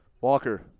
Walker